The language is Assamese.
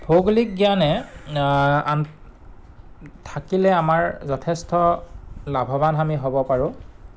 ভৌগোলিক জ্ঞানে আন থাকিলে আমাৰ যথেষ্ট লাভৱান আমি হ'ব পাৰোঁ